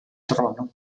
trono